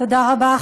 תודה רבה.